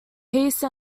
peace